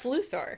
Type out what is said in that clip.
Luthor